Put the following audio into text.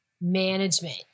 management